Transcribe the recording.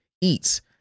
eats